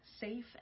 safe